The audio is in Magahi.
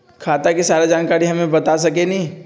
खाता के सारा जानकारी हमे बता सकेनी?